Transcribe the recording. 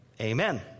Amen